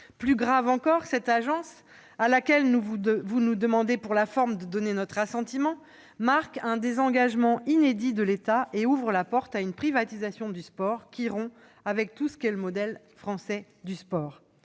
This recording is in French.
Plus grave encore : cette agence, à laquelle vous nous demandez, pour la forme, de donner notre assentiment, marque un désengagement inédit de l'État et ouvre la porte à une privatisation du sport, qui rompt avec tout ce qu'est le modèle français du sport.